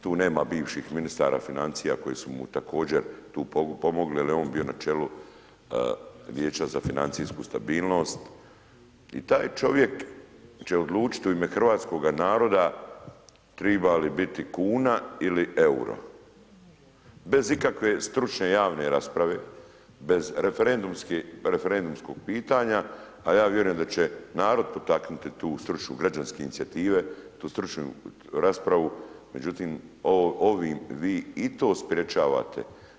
Tu nema bivših ministara financija koji su mu također tu pomogli jer je on bio na čelu Vijeća za financijsku stabilnost, i taj čovjek će odlučiti u ime hrvatskoga naroda triba li biti kuna ili EUR-o, bez ikakve stručne javne rasprave, bez referendumske, referendumskog pitanja, a ja vjerujem da će narod potaknuti tu stručnu, građanske inicijative, tu stručnu raspravu, međutim ovi, vi i to sprječavate.